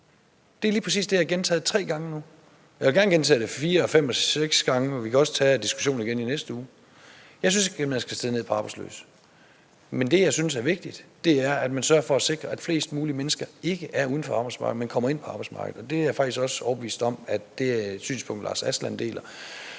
Det er lige præcis det, jeg har gentaget tre gange nu. Jeg vil gerne gentage det fire og fem og seks gange, og vi kan også tage diskussionen igen i næste uge. Jeg synes ikke, at man skal se ned på arbejdsløse. Men det, jeg synes er vigtigt, er, at man sørger for at sikre, at flest mulige mennesker ikke er uden for arbejdsmarkedet, men kommer ind på arbejdsmarkedet, og det er jeg faktisk også overbevist om er et synspunkt, som hr.